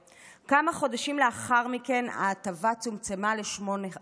כמה חודשים לאחר מכן ההטבה צומצמה ל-8%,